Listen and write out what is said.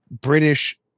British